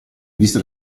viste